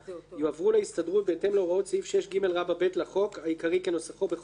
יועברו להסתדרות בהתאם להוראות סעיף 6ג(ב) לחוק העיקרי כנוסחו בחוק זה,